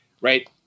right